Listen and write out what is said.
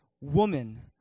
woman